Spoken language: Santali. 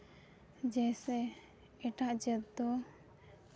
ᱡᱮᱥᱮ ᱮᱴᱟᱜ ᱡᱟᱹᱛ ᱫᱚ